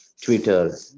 Twitter